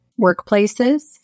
workplaces